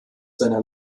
seiner